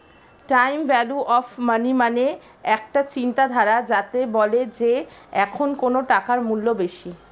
time value of money মানে একটা চিন্তাধারা যাতে বলে যে এখন কোন টাকার মূল্য বেশি